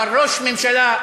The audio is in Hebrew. אבל ראש הממשלה,